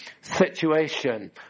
situation